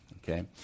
Okay